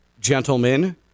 gentlemen